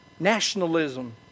nationalism